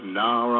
now